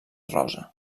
rosa